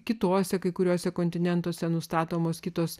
kitose kai kuriuose kontinentuose nustatomos kitos